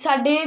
ਸਾਡੇ